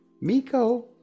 Miko